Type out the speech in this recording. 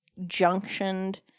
junctioned